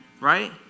Right